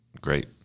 Great